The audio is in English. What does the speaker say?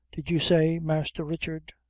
did you say, masther richard?